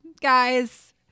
Guys